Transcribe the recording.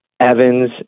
Evans